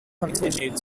continued